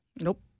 Nope